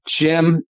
Jim